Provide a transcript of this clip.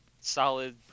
solid